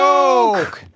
Joke